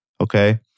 Okay